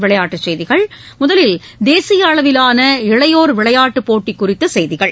விளையாட்டுச் செய்திகள் முதலில் தேசிய அளவிலான தேசிய அளவிலான இளையோர் விளையாட்டுப் போட்டி குறித்த செய்திகள்